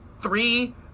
three